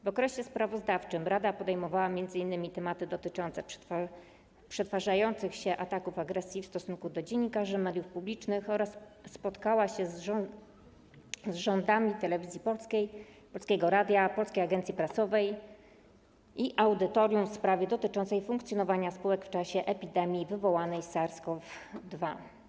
W okresie sprawozdawczym rada podejmowała m.in. tematy dotyczące powtarzających się ataków agresji w stosunku do dziennikarzy mediów publicznych oraz spotkała się zarządami Telewizji Polskiej, Polskiego Radia, Polskiej Agencji Prasowej i Audytorium w sprawie dotyczącej funkcjonowania spółek w czasie epidemii wywołanej SARS-CoV-2.